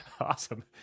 Awesome